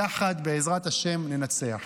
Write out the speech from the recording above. יחד, בעזרת השם, ננצח.